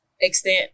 extent